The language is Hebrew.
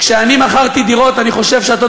מי יכול לעלות